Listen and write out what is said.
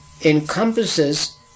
encompasses